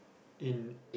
in